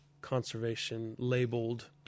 conservation-labeled